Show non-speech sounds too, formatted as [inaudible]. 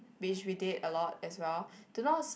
please read it a lot as well do not [noise]